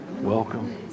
Welcome